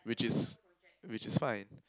which is which is fine